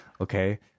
Okay